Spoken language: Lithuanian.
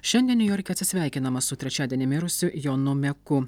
šiandien niujorke atsisveikinama su trečiadienį mirusiu jonu meku